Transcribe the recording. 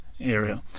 area